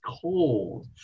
cold